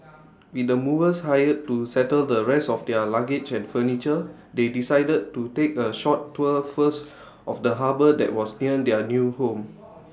with the movers hired to settle the rest of their luggage and furniture they decided to take A short tour first of the harbour that was near their new home